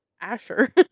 Asher